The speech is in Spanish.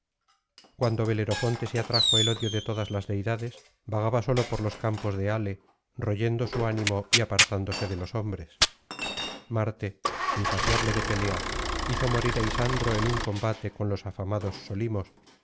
cuando belerofonte se atrajo el odio de todas las deidades vagaba solo por los campos de ale royendo su ánimo y apartándose de los hombres marte insaciable de pelea hizo morir á isandro en un combate con los afamados solimos